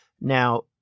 Now